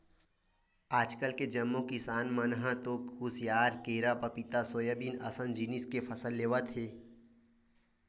आजकाल के जम्मो किसान मन ह तो खुसियार, केरा, पपिता, सोयाबीन अइसन जिनिस के फसल लेवत हे